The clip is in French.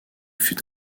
fut